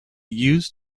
used